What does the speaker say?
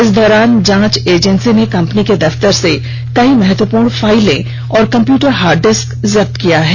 इस दौरान जांच एजेंसी ने कंपनी के दफ्तर से कई महत्वपूर्ण फाइलें और कंप्यूटर हार्ड डिस्क को जब्त कर लिया है